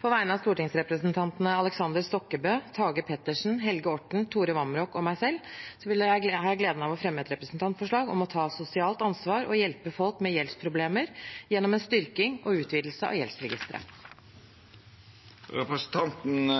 På vegne av stortingsrepresentantene Aleksander Stokkebø, Tage Pettersen, Helge Orten, Tore Vamraak og meg selv har jeg gleden av å fremme et representantforslag om å ta sosialt ansvar og hjelpe folk med gjeldsproblemer gjennom en styrking og utvidelse av gjeldsregisteret. Representanten